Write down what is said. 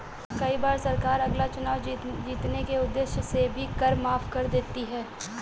कई बार सरकार अगला चुनाव जीतने के उद्देश्य से भी कर माफ कर देती है